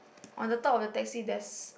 on the top of the taxi there's